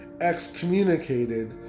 excommunicated